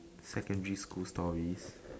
secondary school stories